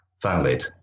valid